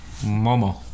Momo